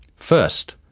first,